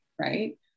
right